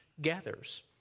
gathers